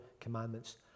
commandments